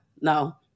no